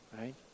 Right